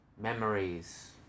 memories